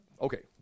Okay